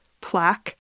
plaque